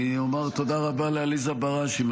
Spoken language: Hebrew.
אני אומר תודה רבה לעליזה בראשי,